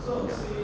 'cause